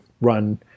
run